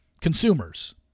consumers